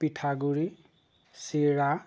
পিঠাগুড়ি চিৰা